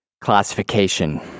classification